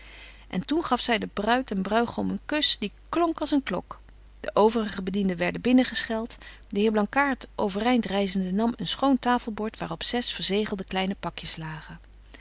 en toen gaf zy de bruid en bruigom een kusch die klonk als een klok de overige bedienden werden binnen geschelt de heer blankaart overend ryzende nam een schoon tafelbord waar op zes verzegelde kleine pakjes lagen